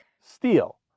Steel